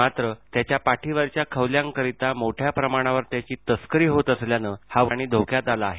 मात्र त्याच्या पाठीवरच्या खवल्यांकरिता मोठ्या प्रमाणावर त्याची तस्करी होत असल्यानं हा प्राणी धोक्यात आला आहे